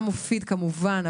וגם מופיד כמובן,